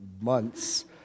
months